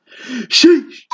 Sheesh